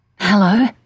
Hello